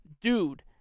dude